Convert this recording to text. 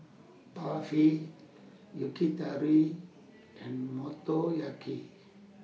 Barfi Yakitori and Motoyaki